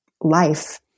life